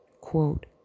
quote